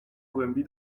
głębi